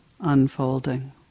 unfolding